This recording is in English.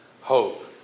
hope